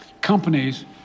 companies